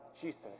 Jesus